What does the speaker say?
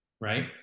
right